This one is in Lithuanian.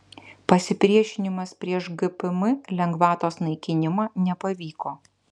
pasipriešinimas prieš gpm lengvatos naikinimą nepavyko